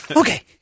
Okay